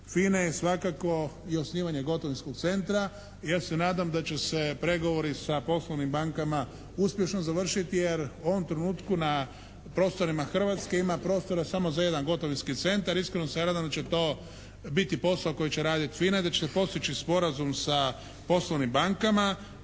FINA-e je svakako i osnivanje gotovinskog centra. Ja se nadam da će se pregovori sa poslovnim bankama uspješno završiti jer u ovom trenutku na prostorima Hrvatske ima prostora samo za jedan gotovinski centar, iskreno se nadam da će to biti posao koji će raditi FINA, da će postići sporazum sa poslovnim bankama